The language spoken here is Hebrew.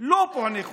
לא פוענחו,